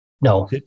No